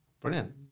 brilliant